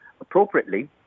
appropriately